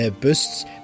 boosts